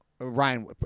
Ryan